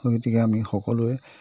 গতিকে আমি সকলোৱে